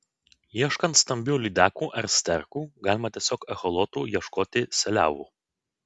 ieškant stambių lydekų ar sterkų galima tiesiog echolotu ieškoti seliavų